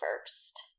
first